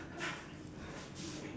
comms check comms check